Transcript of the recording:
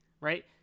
right